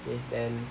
okay then